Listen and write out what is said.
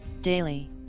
Daily